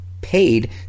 paid